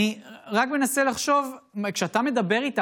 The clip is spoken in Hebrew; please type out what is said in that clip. אני חושבת שזכותנו כאזרחים שמשלמים,